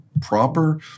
proper